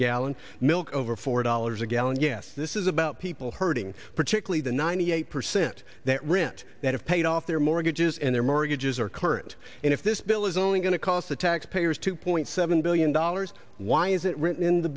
gallon milk over four dollars a gallon gas this is about people hurting particularly the ninety eight percent that rent that have paid off their mortgages and their mortgages are current and if this bill is only going to cost the taxpayers two point seven billion dollars why is it written in the